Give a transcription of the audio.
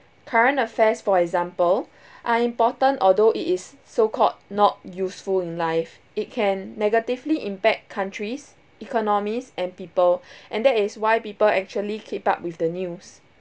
current affairs for example are important although it is so called not useful in life it can negatively impact countries economies and people and that is why people actually keep up with the news